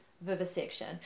vivisection